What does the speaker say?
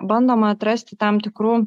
bandoma atrasti tam tikrų